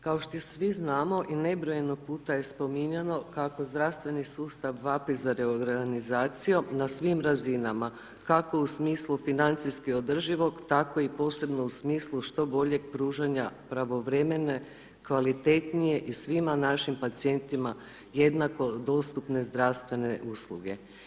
Kao što svi znamo i nebrojeno puta je spominjano kako zdravstveni sustav vapi za reorganizacijom na svim razinama, kako u smislu financijsko održivog, tako i posebno u smislu što boljeg pružanja pravovremene, kvalitetnije i svima našim pacijentima jednako dostupne zdravstvene usluge.